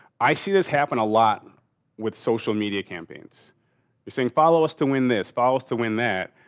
i see this happen a lot with social media campaigns. you're saying follow us to win this, follows to win that.